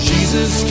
Jesus